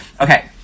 Okay